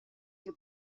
que